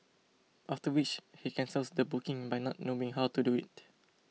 after which he cancels the booking by not knowing how to do it